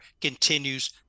continues